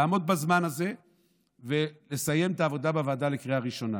לעמוד בזמן הזה ולסיים את העבודה בוועדה לקריאה ראשונה.